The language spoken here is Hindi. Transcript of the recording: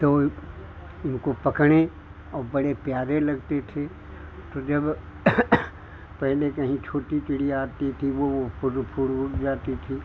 तो इनको पकड़ें और बड़े प्यारे लगते थे तो जब पहले कहीं छोटी चिड़िया आती थी वह फुर्र फुड़ उड़ जाती थी